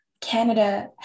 Canada